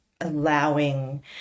allowing